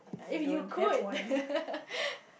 if you could